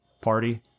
party